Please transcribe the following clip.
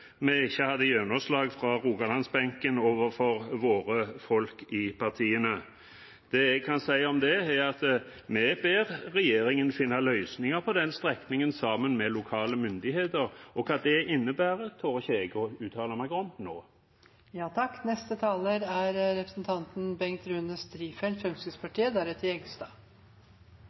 jeg kan si om det, er at vi ber regjeringen finne løsninger på den strekningen, sammen med lokale myndigheter. Hva det innebærer, tør ikke jeg å uttale meg om nå. Av en total kostnadsramme på 1 205 mrd. kr er